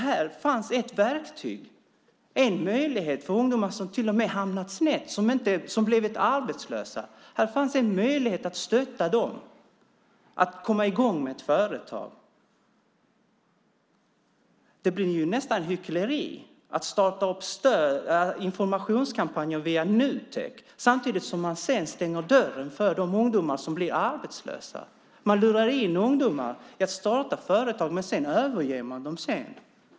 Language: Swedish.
Det fanns ett verktyg, en möjlighet, till och med för de ungdomar som hamnat snett, som blivit arbetslösa. Det fanns en möjlighet att stötta dem att komma i gång och starta ett eget företag. Det känns nästan som ett hyckleri att man via Nutek startar informationskampanjer när man samtidigt stänger dörren för de ungdomar som blir arbetslösa. Man lurar ungdomar till att starta företag, men sedan överger man dem.